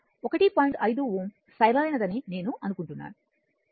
5 Ω సరైనదని నేను అనుకుంటున్నాను